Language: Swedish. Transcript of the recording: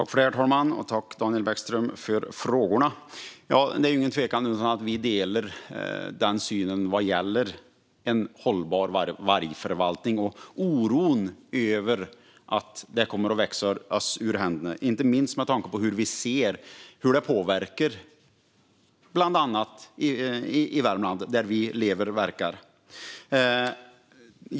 Herr talman! Tack, Daniel Bäckström, för frågorna! Det råder ingen tvekan om att vi delar synen vad gäller en hållbar vargförvaltning och oron över att detta kommer att växa oss ur händerna. Det gäller inte minst med tanke på att vi ser hur det här påverkar bland annat i Värmland, där vi lever och verkar.